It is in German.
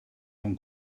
von